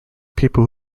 people